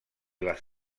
les